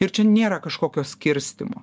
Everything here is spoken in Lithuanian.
ir čia nėra kažkokio skirstymo